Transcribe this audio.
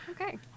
Okay